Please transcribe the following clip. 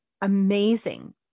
amazing